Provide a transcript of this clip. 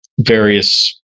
various